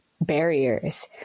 barriers